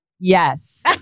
Yes